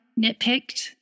nitpicked